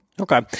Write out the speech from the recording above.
okay